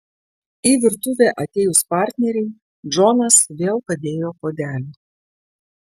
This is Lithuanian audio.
į virtuvę atėjus partnerei džonas vėl padėjo puodelį